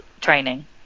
training